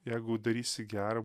jeigu darysi gera